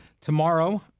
tomorrow